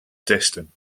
testen